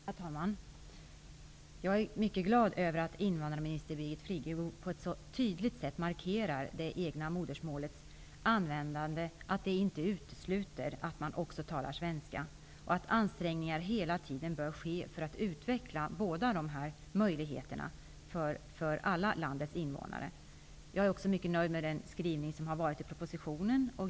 Herr talman! Jag är mycket glad över att invandrarminister Birgit Friggebo på ett så tydligt sätt markerar att användandet av det egna modersmålet inte utesluter att man också talar svenska och att ansträngningar hela tiden bör ske för att utveckla dessa möjligheter för alla landets invånare. Jag är också mycket nöjd med skrivningen i propositionen.